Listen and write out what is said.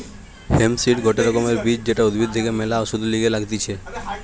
hemp seed গটে রকমের বীজ যেটা উদ্ভিদ থেকে ম্যালা ওষুধের লিগে লাগতিছে